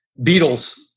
Beatles